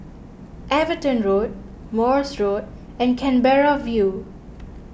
Everton Road Morse Road and Canberra View